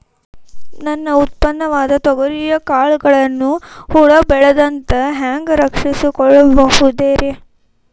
ನನ್ನ ಉತ್ಪನ್ನವಾದ ತೊಗರಿಯ ಕಾಳುಗಳನ್ನ ಹುಳ ಬೇಳದಂತೆ ಹ್ಯಾಂಗ ರಕ್ಷಿಸಿಕೊಳ್ಳಬಹುದರೇ?